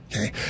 Okay